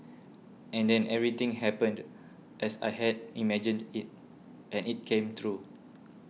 and then everything happened as I had imagined it and it came through